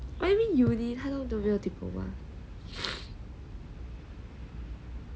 what do you mean uni 他都没有 diploma